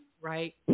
Right